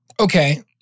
Okay